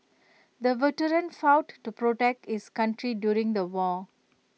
the veteran fought to protect his country during the war